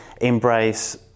embrace